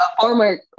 former